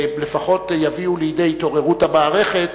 לפחות יביאו לידי התעוררות המערכת,